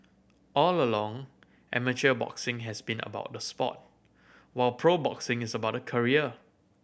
all along amateur boxing has been about the sport while pro boxing is about career